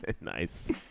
Nice